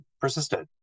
persisted